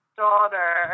daughter